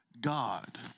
God